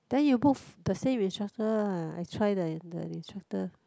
then you book the same instructor ah I try the the instructor